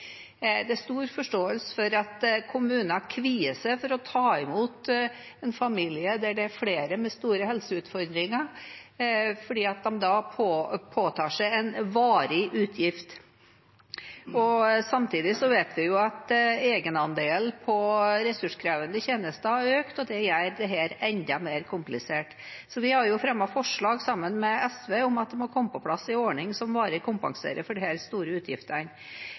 Det er stor forståelse for at kommuner kvier seg for å ta imot en familie der det er flere med store helseutfordringer, for de påtar seg da en varig utgift. Samtidig vet vi at egenandelen på ressurskrevende tjenester har økt, og det gjør dette enda mer komplisert. Vi har fremmet forslag, sammen med SV, om at det må komme på plass en ordning som varig kompenserer for disse store utgiftene.